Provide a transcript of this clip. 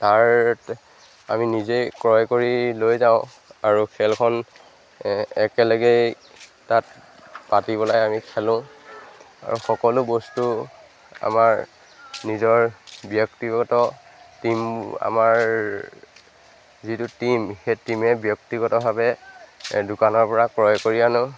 তাৰ আমি নিজেই ক্ৰয় কৰি লৈ যাওঁ আৰু খেলখন একেলগেই তাত পাতিবলৈ আমি খেলোঁ আৰু সকলো বস্তু আমাৰ নিজৰ ব্যক্তিগত টিম আমাৰ যিটো টিম সেই টীমে ব্যক্তিগতভাৱে দোকানৰপৰা ক্ৰয় কৰি আনোঁ